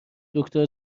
دکتر